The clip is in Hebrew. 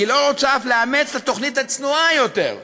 היא לא רוצה אף לאמץ את התוכנית הצנועה יותר,